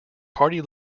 party